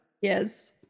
yes